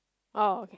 oh